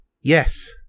Yes